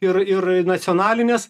ir ir nacionalinės